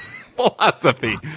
Philosophy